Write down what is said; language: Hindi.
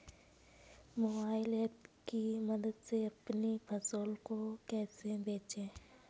मोबाइल ऐप की मदद से अपनी फसलों को कैसे बेचें?